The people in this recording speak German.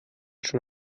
schon